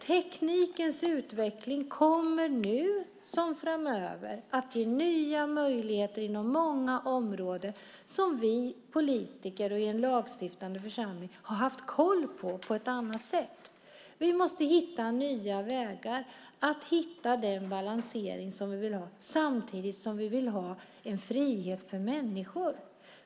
Teknikens utveckling kommer nu som framöver att ge nya möjligheter inom många områden som vi politiker i lagstiftande församling på ett annat sätt har haft koll på. Vi måste hitta nya vägar att få den balansering vi vill ha. Samtidigt vill vi ha en frihet för människor.